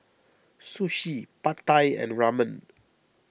Sushi Pad Thai and Ramen